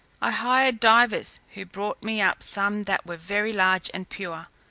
i hired divers, who brought me up some that were very large and pure.